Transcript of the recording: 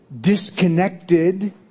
disconnected